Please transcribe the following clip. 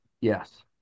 Yes